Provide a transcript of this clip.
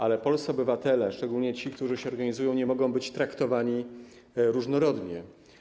Ale polscy obywatele, szczególnie ci, który się organizują, nie mogą być traktowani różnorodnie.